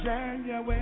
January